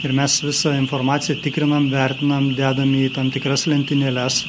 ir mes visą informaciją tikrinam vertinam dedame į tam tikras lentynėles